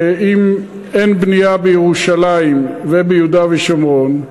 שאם אין בנייה בירושלים וביהודה ושומרון,